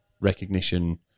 recognition